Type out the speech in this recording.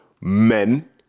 men